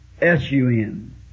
S-U-N